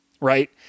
right